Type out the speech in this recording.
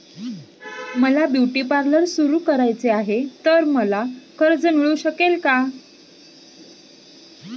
मला beauty parlour सुरू करायचे आहे तर मला कर्ज मिळू शकेल का?